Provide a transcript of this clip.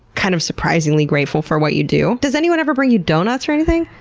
kind of, surprisingly grateful for what you do? does anyone ever bring you donuts or anything?